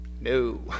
No